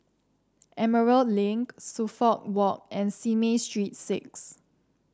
Emerald Link Suffolk Walk and Simei Street Six